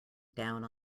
down